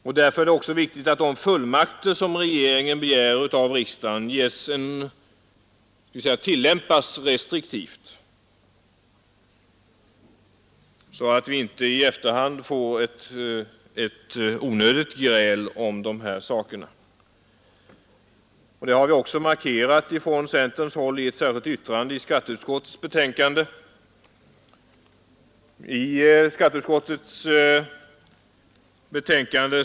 Det är också viktigt att de fullmakter som regeringen begär av riksdagen tillämpas restriktivt, så att vi inte i efterhand får onödiga konflikter om de här sakerna. Det har vi också från centerns sida markerat i ett särskilt yttrande till skatteutskottets förevarande betänkande.